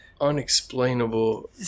unexplainable